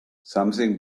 something